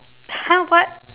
!huh! what